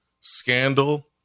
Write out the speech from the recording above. scandal